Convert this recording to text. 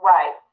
Right